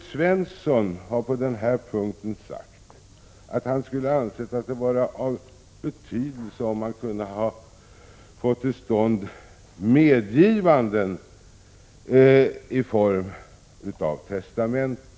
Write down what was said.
På denna punkt har Evert Svensson sagt att det enligt hans mening skulle vara av vikt om medgivanden av transplantation av organ kunde göras i testamente.